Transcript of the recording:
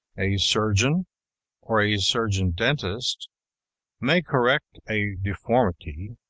a surgeon or a surgeon dentist may correct a deformity,